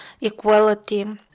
equality